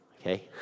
Okay